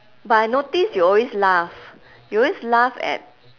but I noticed you always laugh you always laugh at